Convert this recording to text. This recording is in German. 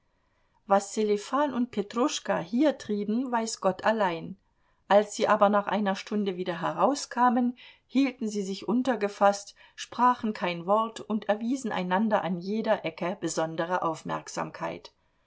was sselifan und petruschka hier trieben weiß gott allein als sie aber nach einer stunde wieder herauskamen hielten sie sich untergefaßt sprachen kein wort und erwiesen einander an jeder ecke besondere aufmerksamkeit